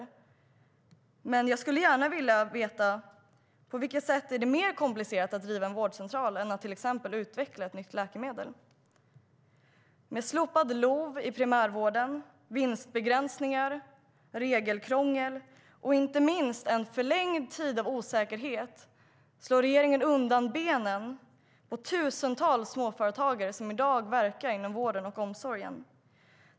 Jag skulle gärna vilja veta på vilket sätt det är mer komplicerat att driva en vårdcentral än att till exempel utveckla ett nytt läkemedel? Med slopad LOV i primärvården, vinstbegränsningar, regelkrångel och inte minst en förlängd tid av osäkerhet slår regeringen undan benen för tusentals småföretagare som i dag verkar inom vården och omsorgen.